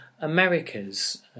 America's